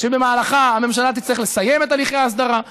שבמהלכה הממשלה תצטרך לסיים את הליכי ההסדרה.